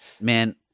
man